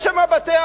יש שם בתי-אבות,